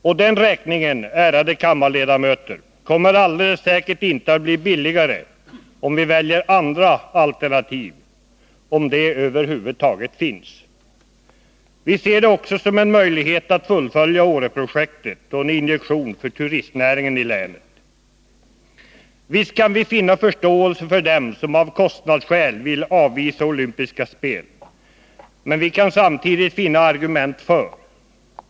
Och den räkningen, ärade kammarledamöter, kommer alldeles säkert inte att bli billigare om vi väljer andra alternativ, ifall de över huvud taget finns. Vi ser också vinter-OS som en möjlighet att fullfölja Åreprojektet och som en injektion för turistnäringen i länet. Visst kan vi ha förståelse för dem som av kostnadsskäl vill avvisa olympiska spel. Men vi kan samtidigt finna argument för sådana spel.